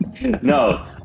No